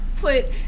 put